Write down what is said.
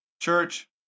church